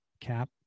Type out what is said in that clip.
Cap